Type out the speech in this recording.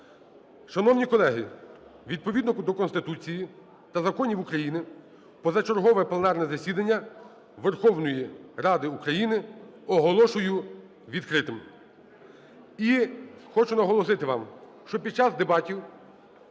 Шановні колеги, відповідно до Конституції та законів України позачергове пленарне засідання Верховної Ради України оголошую відкритим. І хочу наголосити вам, що під час дебатів